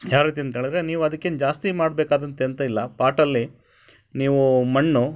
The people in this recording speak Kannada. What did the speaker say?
ಯಾವ ರೀತಿ ಅಂತ ಹೇಳಿದ್ರೆ ನೀವು ಅದಕ್ಕೇನು ಜಾಸ್ತಿ ಮಾಡ್ಬೇಕಾದಂಥ ಎಂಥ ಇಲ್ಲ ಪಾಟಲ್ಲಿ ನೀವು ಮಣ್ಣು